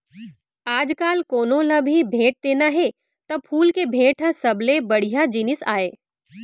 आजकाल कोनों ल भी भेंट देना हे त फूल के भेंट ह सबले बड़िहा जिनिस आय